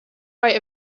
right